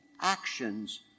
actions